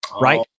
Right